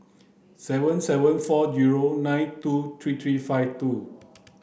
seven seven four zero nine two three three five two